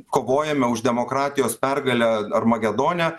kovojame už demokratijos pergalę armagedone